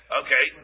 okay